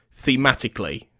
thematically